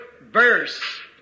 verse